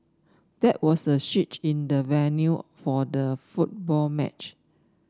there was a switch in the venue for the football match